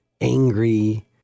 angry